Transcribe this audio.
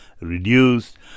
reduced